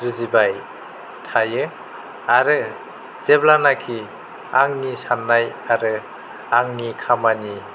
जुजिबाय थायो आरो जेब्लानाखि आंनि सान्नाय आरो आंनि खामानि